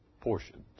portions